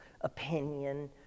opinion